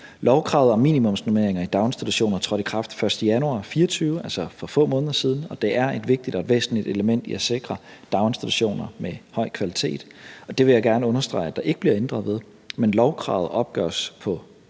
Lovkravet om minimumsnormeringer i daginstitutioner trådte i kraft den 1. januar 2024, altså for få måneder siden, og det er et vigtigt og væsentligt element i at sikre daginstitutioner med høj kvalitet. Det vil jeg gerne understrege at der ikke blev ændret ved, men normeringerne opgøres på